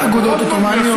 אגודות עות'מאניות.